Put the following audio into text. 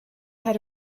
had